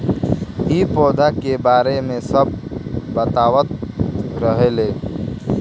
इ पौधा के बारे मे सब बतावत रहले